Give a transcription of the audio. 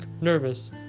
nervous